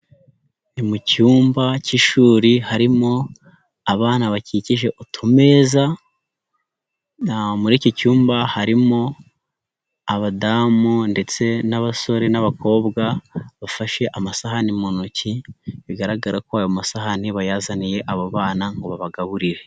Ni mu cyumba k'ishuri harimo abana bakikije utumeza, muri iki cyumba harimo abadamu ndetse n'abasore n'abakobwa bafashe amasahani mu ntoki, bigaragara ko ayo masahani bayazaniye abo bana ngo babagaburire.